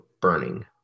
burning